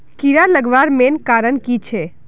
कीड़ा लगवार मेन कारण की छे?